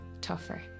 tougher